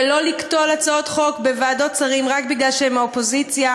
ולא לקטול הצעות חוק בוועדות שרים רק בגלל שהן מהאופוזיציה.